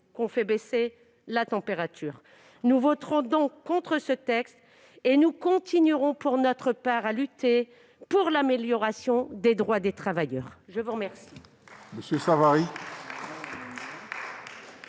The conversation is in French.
qu'on fait baisser la température ! Nous voterons donc contre ce texte, et nous continuerons, pour notre part, à lutter pour l'amélioration des droits des travailleurs. La parole